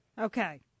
okay